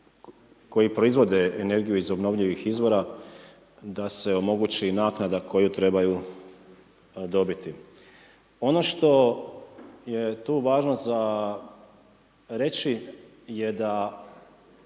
koji proizvode energiju iz obnovljivih izvora da se omogući naknada koju trebaju dobiti. Ono što je tu važno za reći je da